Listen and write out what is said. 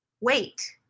wait